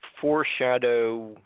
foreshadow